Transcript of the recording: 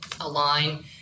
align